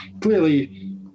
clearly